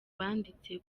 banditse